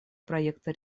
проекта